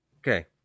okay